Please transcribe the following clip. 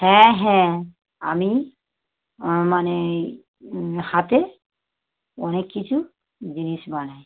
হ্যাঁ হ্যাঁ আমি মানে হাতে অনেক কিছু জিনিস বানাই